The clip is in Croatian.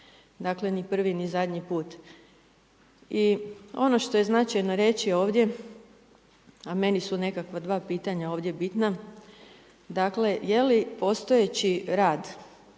dakle ni prvi ni zadnji put. I ono što je značajno reći ovdje a meni su nekakva dva pitanja ovdje bitna, dakle, je li postojeći rad